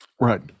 Right